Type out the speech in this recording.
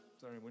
sorry